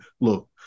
look